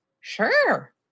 sure